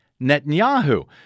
Netanyahu